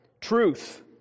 truth